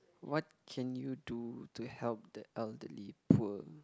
what can you do to help the elderly poor